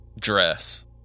dress